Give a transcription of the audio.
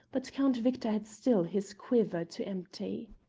but count victor had still his quiver to empty.